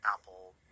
Apple